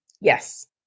Yes